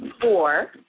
four